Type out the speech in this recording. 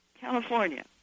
California